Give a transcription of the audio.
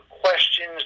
questions